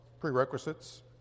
prerequisites